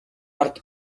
ард